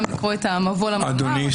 אדוני,